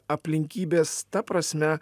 aplinkybės ta prasme